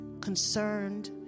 concerned